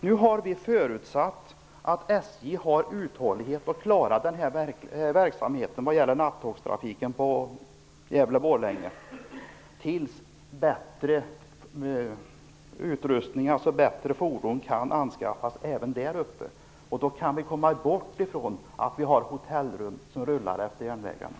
Nu har vi förutsatt att SJ har uthållighet och klarar nattågstrafiken på sträckan Gävle-Borlänge tills bättre fordon kan anskaffas även där uppe. Då kan vi komma ifrån att vi så att säga har hotellrum som rullar utefter järnvägarna.